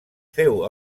feu